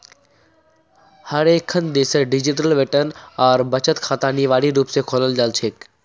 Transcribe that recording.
हर एकखन देशत डिजिटल वेतन और बचत खाता अनिवार्य रूप से खोलाल जा छेक